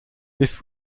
this